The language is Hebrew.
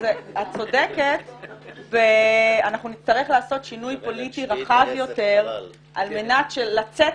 את צודקת ונצטרך לעשות שינוי פוליטי רחב יותר על מנת לצאת